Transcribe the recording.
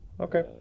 Okay